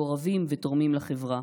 מעורבים ותורמים לחברה.